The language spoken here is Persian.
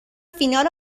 فینال